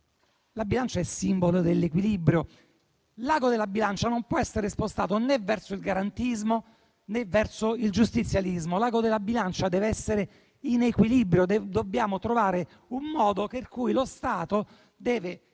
la bilancia è simbolo dell'equilibrio. L'ago della bilancia non può essere spostato né verso il garantismo né verso il giustizialismo. L'ago della bilancia deve essere in equilibrio: dobbiamo trovare un modo per cui lo Stato deve